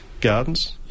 gardens